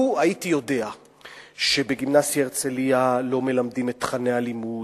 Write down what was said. לו ידעתי שבגימנסיה "הרצליה" לא מלמדים את תוכני הלימוד,